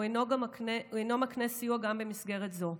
הוא אינו מקנה סיוע גם במסגרת זו.